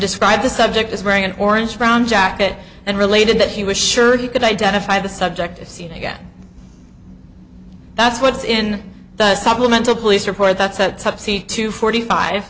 described the subject as wearing an orange brown jacket and related that he was sure he could identify the subject to see it again that's what's in the supplemental police report that sets up c two forty five